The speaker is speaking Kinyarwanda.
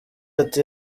ati